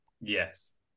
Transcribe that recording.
yes